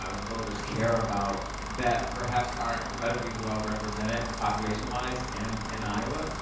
ah voters care about, that perhaps aren't incredibly well represented population wise and in iowa.